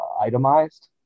itemized